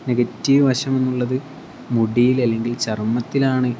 negative വശം എന്നുള്ളത് മുടിയിൽ അല്ലെങ്കിൽ ചർമ്മത്തിലാണ്